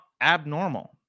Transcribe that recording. abnormal